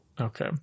Okay